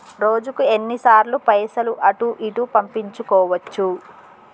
రోజుకు ఎన్ని సార్లు పైసలు అటూ ఇటూ పంపించుకోవచ్చు?